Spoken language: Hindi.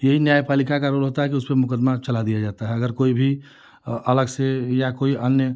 यही न्याय पालिका का रोल होता है कि उसपे मुकदमा चला दिया जाता है अगर कोई भी अलग से या कोई अन्य